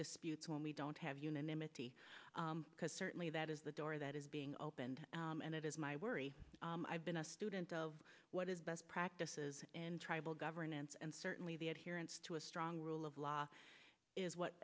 disputes when we don't have unanimity because certainly that is the door that is being opened and it is my worry i've been a student of what is best practices and tribal governance and certainly the adherence to a strong rule of law is what